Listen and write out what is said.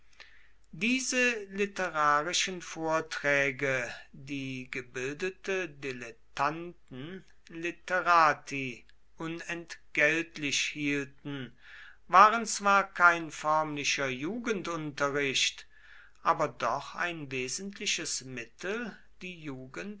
diese literarischen vorträge die gebildete dilettanten litterati unentgeltlich hielten waren zwar kein förmlicher jugendunterricht aber doch ein wesentliches mittel die